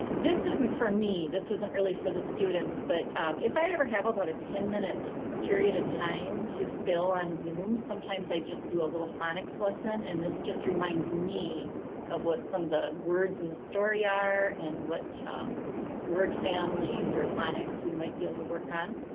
this is for me, this isn't really for the students. but if i ever have about a ten minute period of time to fill on zoom, sometimes i just do a little phonics lesson. and this just reminds me of what some of the words in the story are and what word families or phonics we might be able to work on.